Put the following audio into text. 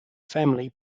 family